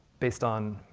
based on,